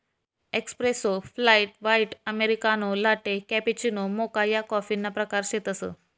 espresso, flat white, americano, latte, cappuccino, mocha या कॉफीना प्रकार शेतसं